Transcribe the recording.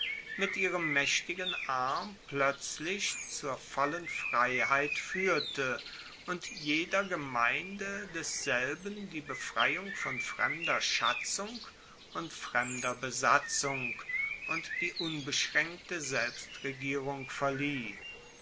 mit ihrem maechtigen arm ploetzlich zur vollen freiheit fuehrte und jeder gemeinde desselben die befreiung von fremder schatzung und fremder besatzung und die unbeschraenkte selbstregierung verlieh